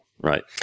Right